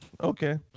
Okay